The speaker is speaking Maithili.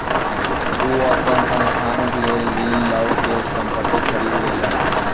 ओ अपन संस्थानक लेल ऋण लअ के संपत्ति खरीद लेलैन